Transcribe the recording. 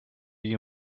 you